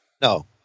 No